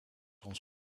ons